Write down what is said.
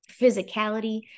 physicality